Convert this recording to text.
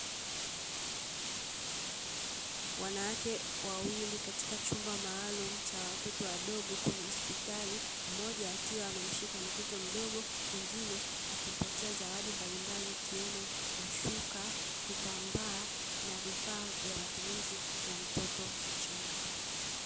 Wanawake wawili katika chumba maalumu cha watoto wadogo kwenye hospitali, mmoja akiwa amemshika mtoto mdogo, mwingine akimpatia zawadi mbalimbali ikiwemo: mashuka, vitambaa na vifaa vya matumizi ya mtoto mchanga.